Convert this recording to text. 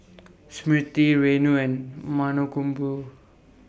Smriti Renu and Mankombu